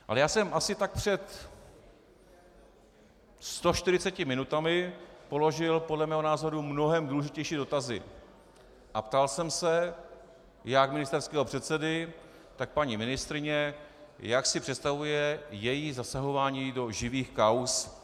Ale já jsem asi tak před 140 minutami položil podle mého názoru mnohem důležitější dotazy a ptal jsem se jak ministerského předsedy, tak paní ministryně, jak si představuje její zasahování do živých kauz.